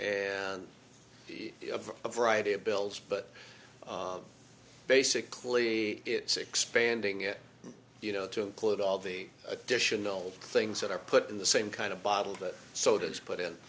a variety of bills but basically it's expanding it you know to include all the additional things that are put in the same kind of bottle that sodas put in